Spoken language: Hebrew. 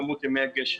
בכמות ימי הגשם.